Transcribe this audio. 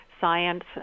science